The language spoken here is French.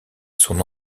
son